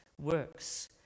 works